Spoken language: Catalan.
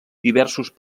diversos